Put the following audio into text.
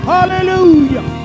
Hallelujah